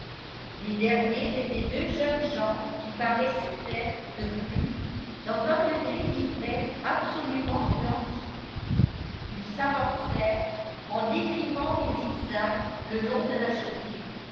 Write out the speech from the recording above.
les derniers étaient deux jeunes gens qui paraissaient être de plus dans un degré d'ivresse absolument identique ils s'avancèrent en décrivant des zigzags le long de la jetée